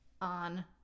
on